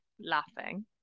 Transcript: laughing